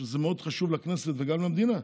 שזה מאוד חשוב לכנסת, וגם למדינה,